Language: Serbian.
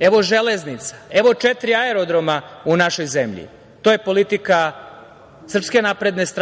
evo železnica, evo četiri aerodroma u našoj zemlji, to je politika SNS,